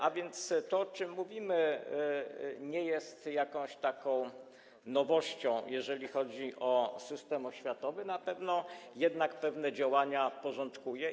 A więc to, o czym mówimy, nie jest jakąś taką nowością, jeżeli chodzi o system oświatowy, na pewno jednak pewne działania porządkuje.